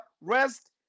rest